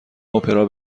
اپرا